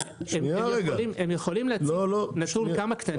הם יכולים להציג נתון כמה קטנים יש?